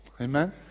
Amen